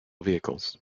vehicles